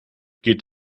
geht